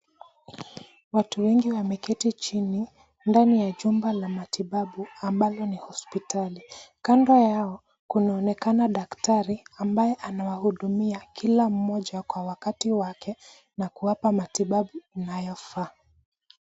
Watu wengi wameketi chini, ndani ya chumba la matibabu, ambalo ni hospitali. Kando yao, kunaonekana daktari, ambaye anawahudumia kila mmoja kwa wakati wake na kuwapa matibabu inayo faa.